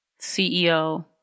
CEO